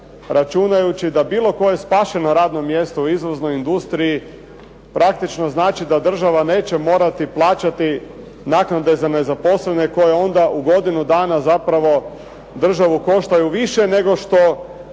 računjajući da bilo koje spašeno radno mjesto u izvoznoj industriji praktično znači da država neće morati plaćati naknade za nezaposlene koje onda u godinu dana zapravo državu koštaju više nego što